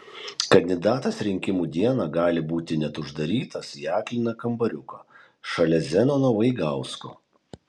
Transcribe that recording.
kandidatas rinkimų dieną gali būti net uždarytas į akliną kambariuką šalia zenono vaigausko